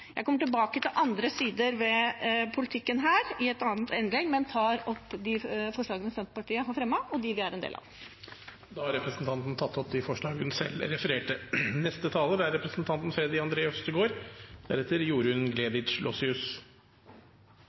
Jeg kommer tilbake til andre sider ved politikken her i et annet innlegg, men tar opp forslagene fra Senterpartiet og Sosialistisk Venstreparti, og de forslagene Senterpartiet er alene om. Representanten Åslaug Sem-Jacobsen har tatt opp de forslagene hun refererte